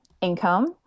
income